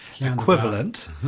equivalent